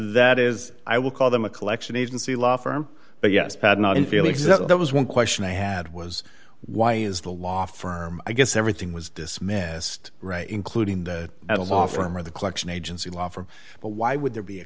that is i will call them a collection agency law firm but yes pad not in feel exactly that was one question i had was why is the law firm i guess everything was dismissed right including that at a law firm or the collection agency law for but why would there be a